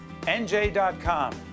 NJ.com